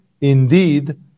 indeed